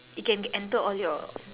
it can g~ enter all your